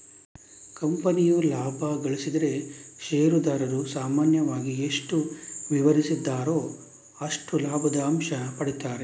ಕಂಪನಿಯು ಲಾಭ ಗಳಿಸಿದ್ರೆ ಷೇರುದಾರರು ಸಾಮಾನ್ಯವಾಗಿ ಎಷ್ಟು ವಿವರಿಸಿದ್ದಾರೋ ಅಷ್ಟು ಲಾಭದ ಅಂಶ ಪಡೀತಾರೆ